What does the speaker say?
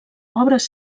obres